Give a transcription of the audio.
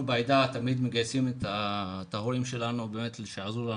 אנחנו בעדה תמיד מגייסים את ההורים שלנו שיעזרו לנו,